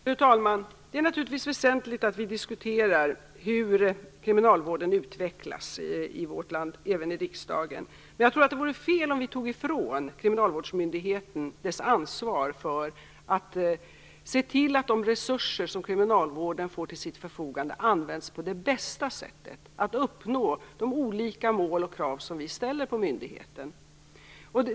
Fru talman! Det är naturligtvis väsentligt att vi även i riksdagen diskuterar hur kriminalvården utvecklas i vårt land. Men jag tror att det vore fel om vi tog ifrån kriminalvårdsmyndigheten dess ansvar för att se till att de resurser som kriminalvården får till sitt förfogande används på det bästa sättet när det gäller att uppnå de olika mål och krav som vi ställer på myndigheten.